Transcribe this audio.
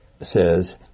says